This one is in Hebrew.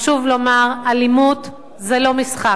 חשוב לומר: אלימות זה לא משחק.